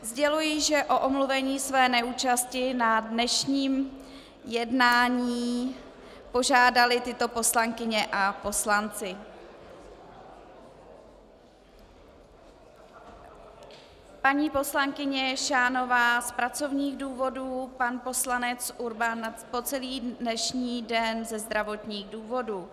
Sděluji, že o omluvení své neúčasti na dnešním jednání požádali tyto poslankyně a poslanci: paní poslankyně Šánová z pracovních důvodů, pan poslanec Urban po celý dnešní den ze zdravotních důvodů.